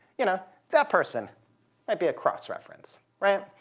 you know, that person might be a cross-reference. right?